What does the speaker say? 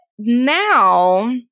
Now